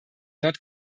not